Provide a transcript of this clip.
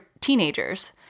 teenagers